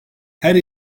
her